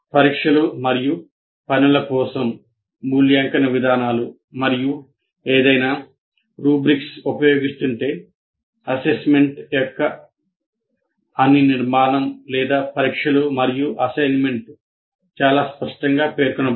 పరీక్షలు మరియు పనుల కోసం మూల్యాంకన విధానాలు మరియు ఏదైనా రుబ్రిక్స్ ఉపయోగిస్తుంటే అసెస్మెంట్ యొక్క అన్ని నిర్మాణం లేదా పరీక్షలు మరియు అసైన్మెంట్ చాలా స్పష్టంగా పేర్కొనబడాలి